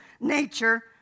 nature